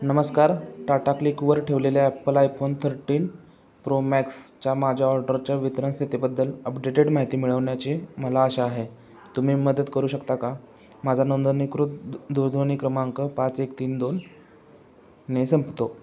नमस्कार टाटा क्लिकवर ठेवलेल्या ॲपल आयफोन थर्टीन प्रो मॅक्सच्या माझ्या ऑर्डरच्या वितरण स्थितीबद्दल अपडेटेड माहिती मिळवण्याची मला आशा आहे तुम्ही मदत करू शकता का माझा नोंदणीकृत दूरध्वनी क्रमांक पाच एक तीन दोन ने संपतो